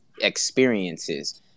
experiences